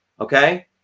Okay